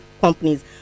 companies